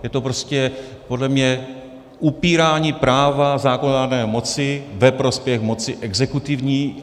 Je to prostě podle mě upírání práva zákonodárné moci ve prospěch moci exekutivní.